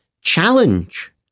challenge